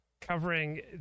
covering